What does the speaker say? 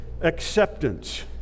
acceptance